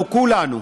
אנחנו כולנו,